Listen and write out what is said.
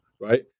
right